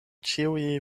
ĉiuj